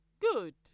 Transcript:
Good